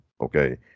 okay